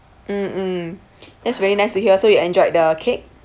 mm mm that's very nice to hear so you enjoyed the cake